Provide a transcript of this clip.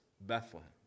Bethlehem